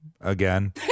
again